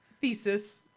thesis